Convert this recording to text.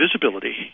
visibility